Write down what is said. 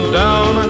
down